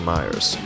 Myers